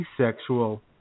Asexual